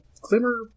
Glimmer